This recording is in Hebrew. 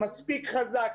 סורוקה מספיק חזק,